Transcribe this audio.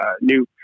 new